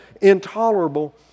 intolerable